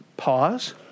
pause